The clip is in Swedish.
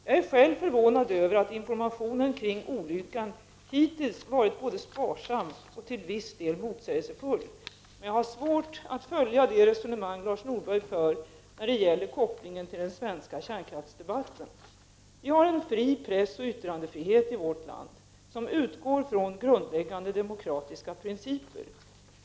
Jag är själv förvånad över att informationen kring olyckan hittills varit både sparsam och till viss del motsägelsefull, men jag har svårt att följa det resonemang Lars Norberg för när det gäller kopplingen till den svenska kärnkraftsdebatten. Vi har en fri press och yttrandefrihet i vårt land, som utgår från grundläggande demokratiska principer.